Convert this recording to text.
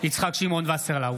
יצחק שמעון וסרלאוף,